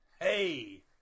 Hey